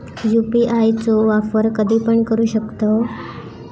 UPI चो वापर कधीपण करू शकतव?